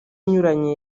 anyuranye